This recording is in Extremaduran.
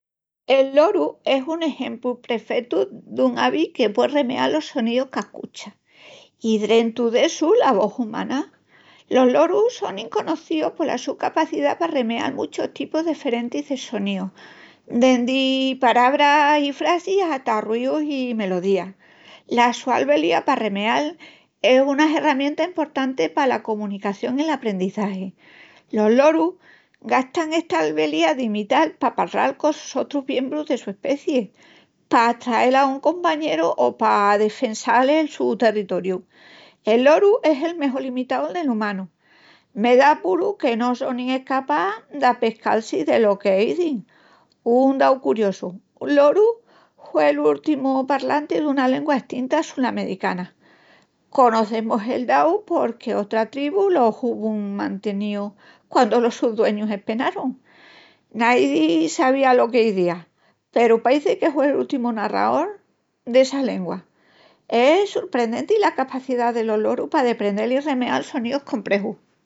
El loru es un exempru prefetu dun avi que pué remeal los soníus qu'ascucha, i drentu d'essu la vós umana. Los lorus sonin conocíus pola su capacidá pa remeal muchus tipus deferentis de soníus, dendi parabras i frasis ata ruíus i melodías. La su albeliá pa remeal es una herramienta emportanti pala comunicación i'l deprendizagi. Los lorus gastan esta albeliá d'imital pa palral conos otrus biembrus de su especii, p'atrael a un compañeru o pa defensal el su territoriu. El loru, es el mejol imitaol del umanu. Me da apuru de no sonin escapás d'apescal-si delo que izin. Un dau curiosu, un loru hué'l úrtimu palranti d'una lengua estinta sulamericana, conecemus el dau porque otra tribu lo uvun manteníu quandu los sus dueñus espenarun. Naidi sabía lo qu'izía, peru paeci que hue'l úrtimu narraol dessa luenga. Es susprendenti la capacidá delos lorus pa deprendel i remeal sonis comprexus.